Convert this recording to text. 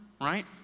right